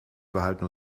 behalten